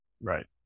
Right